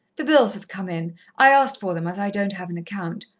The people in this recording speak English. the bills have come in i asked for them, as i don't have an account.